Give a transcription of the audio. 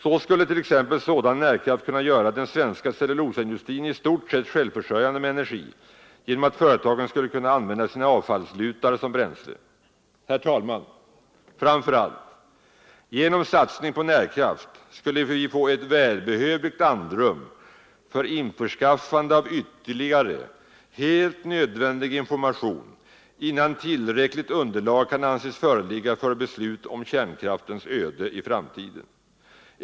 Så skulle t.ex. sådan närkraft kunna göra den svenska cellulosaindustrin i stort sett självförsörjande med energi genom att företagen skulle kunna använda sina avfallslutar som bränsle. Herr talman! Framför allt: genom satsning på närkraft skulle vi få ett välbehövligt andrum för införskaffande av ytterligare helt nödvändig information innan tillräckligt underlag kan anses föreligga för beslut om kärnkraftens öde i framtiden.